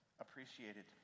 appreciated